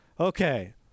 okay